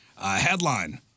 Headline